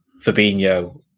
Fabinho